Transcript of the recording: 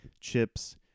chips